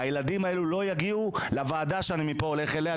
הילדים האלו לא יגיעו לוועדה שאני מפה הולך אליה,